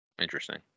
interesting